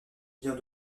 vient